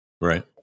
right